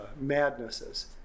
madnesses